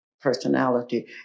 Personality